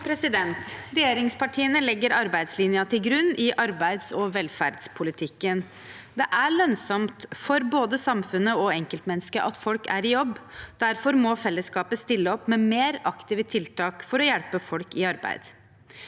Regjeringspartiene leg- ger arbeidslinjen til grunn i arbeids- og velferdspolitikken. Det er lønnsomt for både samfunnet og enkeltmennesket at folk er i jobb. Derfor må fellesskapet stille opp med mer aktive tiltak for å hjelpe folk i arbeid.